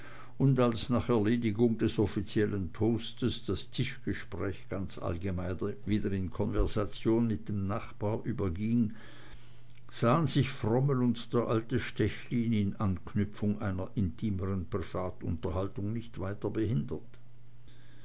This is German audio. und als nach erledigung des offiziellen toastes das tischgespräch ganz allgemein wieder in konversation mit dem nachbar überging sahen sich frommel und der alte stechlin in anknüpfung einer intimeren privatunterhaltung nicht weiter behindert